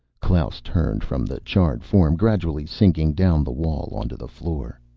klaus turned from the charred form, gradually sinking down the wall onto the floor.